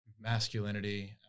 masculinity